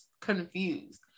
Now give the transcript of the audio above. confused